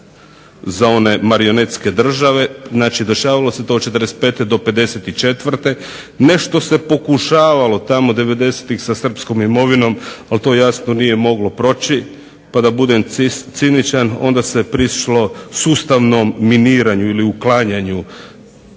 za one marionetske države, znači dešavalo se to od '45. do '54. Nešto se pokušavalo tamo '90.-tih sa srpskom imovinom, ali to jasno nije moglo proći pa da budem ciničan onda se prišlo sustavnom miniranju ili uklanjanju